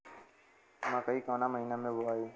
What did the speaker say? मकई कवना महीना मे बोआइ?